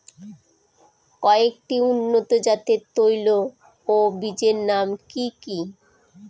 কয়েকটি উন্নত জাতের তৈল ও বীজের নাম কি কি?